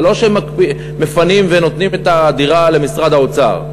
זה לא שמפנים ונותנים את הדירה למשרד האוצר.